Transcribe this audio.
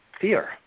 fear